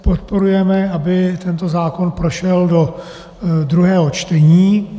Podporujeme, aby tento zákon prošel do druhého čtení.